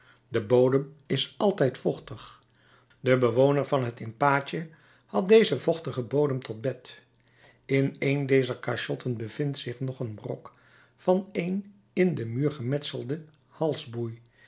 de bodem is altijd vochtig de bewoner van het in pace had dezen vochtigen bodem tot bed in een dezer cachotten bevindt zich nog een brok van een in den muur gemetselden